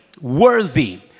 Worthy